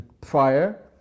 prior